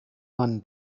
man